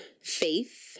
faith